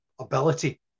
ability